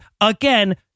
again